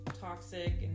toxic